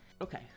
Okay